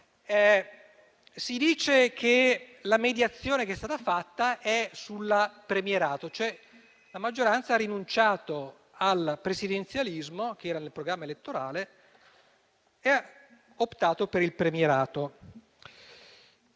Si dice che la mediazione che è stata fatta è sul premierato, cioè che la maggioranza ha rinunciato al presidenzialismo che era nel programma elettorale ed ha optato per il premierato